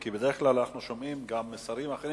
כי בדרך כלל אנחנו שומעים גם מסרים אחרים